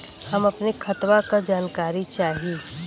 हम अपने खतवा क जानकारी चाही?